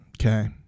Okay